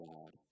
God